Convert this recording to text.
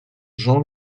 jean